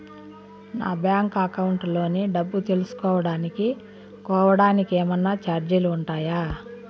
నా bank account లోని డబ్బు తెలుసుకోవడానికి కోవడానికి ఏమన్నా చార్జీలు ఉంటాయా?